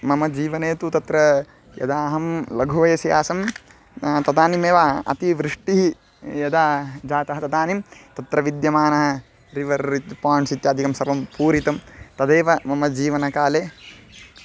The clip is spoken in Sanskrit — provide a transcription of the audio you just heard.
मम जीवने तु तत्र यदा अहं लघुवयसि आसम् तदानीमेव अतिवृष्टिः यदा जाता तदानीं तत्र विद्यमानः रिवर् पाण्ड्स् इत्यादिकं सर्वं पूरितं तदेव मम जीवनकाले